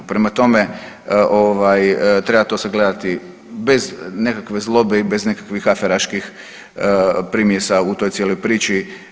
Prema tome, ovaj treba to sagledati bez nekakve zlobe i bez nekakvih aferaških primjesa u toj cijeloj priči.